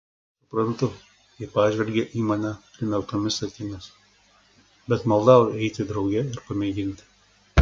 suprantu ji pažvelgė į mane primerktomis akimis bet maldauju eiti drauge ir pamėginti